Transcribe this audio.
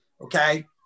Okay